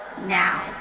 now